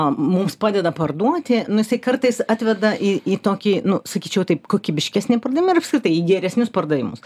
mums padeda parduoti nu jisai kartais atveda į į tokį nu sakyčiau taip kokybiškesnį pardavimą ir apskritai į geresnius pardavimus